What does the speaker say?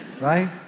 right